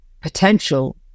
potential